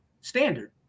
standard